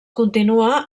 continua